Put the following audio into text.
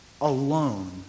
alone